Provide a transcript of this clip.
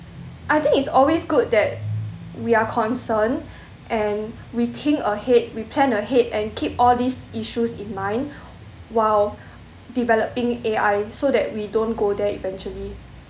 I think it's always good that we are concerned and we think ahead we plan ahead and keep all these issues in mind while developing A_I so that we don't go there eventually